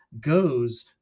goes